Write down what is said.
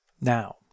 Now